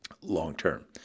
long-term